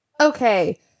Okay